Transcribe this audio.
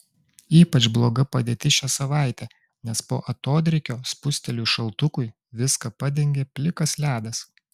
ypač bloga padėtis šią savaitę nes po atodrėkio spustelėjus šaltukui viską padengė plikas ledas